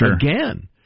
again